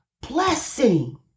blessing